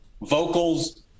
vocals